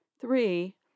three